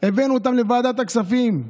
הבאנו אותם לוועדת הכספים.